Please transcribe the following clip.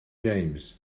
james